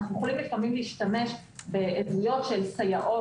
אנו יכולים לפעמים להשתמש בעדויות של סייעות